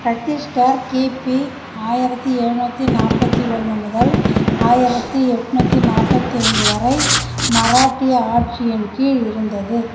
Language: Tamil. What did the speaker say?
சத்தீஸ்கர் கிபி ஆயரத்து எழுநூற்றி நாற்பத்தி ஒன்று முதல் ஆயரத்து எட்நூற்றி நாற்பத்தி ஐந்து வரை மராட்டிய ஆட்சியின் கீழ் இருந்தது